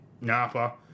Napa